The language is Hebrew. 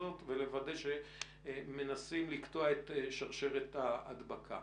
ולוודא שמנסים לקטוע את שרשרת ההדבקה.